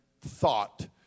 thought